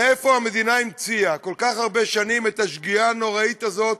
מאיפה המדינה המציאה כל כך הרבה שנים את השגיאה הנוראית הזאת,